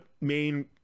main